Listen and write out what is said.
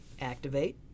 Activate